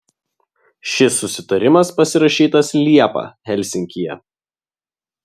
šis susitarimas pasirašytas liepą helsinkyje